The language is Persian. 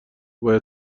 باید